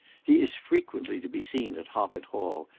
he is frequently to be seen at hoppet hall,